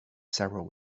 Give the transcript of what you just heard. several